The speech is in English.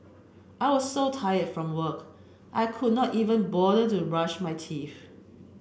I was so tired from work I could not even bother to brush my teeth